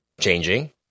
changing